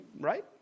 right